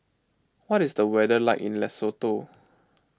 what is the weather like in Lesotho